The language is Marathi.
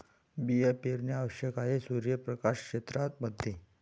बिया पेरणे आवश्यक आहे सूर्यप्रकाश क्षेत्रां मध्ये